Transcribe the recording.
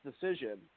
decision